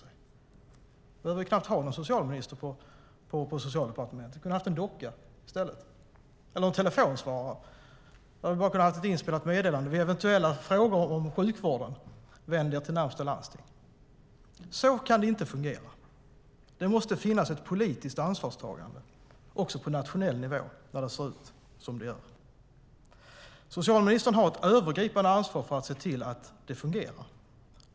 Det behövs knappast en socialminister på Socialdepartementet. Det kunde vara en docka där i stället, eller en telefonsvarare med ett inspelat meddelande: Vid eventuella frågor om sjukvården vänd er till närmaste landsting. Så kan det inte fungera. Det måste finnas ett politiskt ansvarstagande också på nationell nivå när det ser ut som det gör. Socialministern har ett övergripande ansvar för att se till att det fungerar.